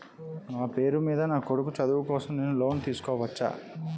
నా పేరు మీద నా కొడుకు చదువు కోసం నేను లోన్ తీసుకోవచ్చా?